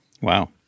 Wow